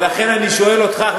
ולכן אני שואל אותך,